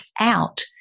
out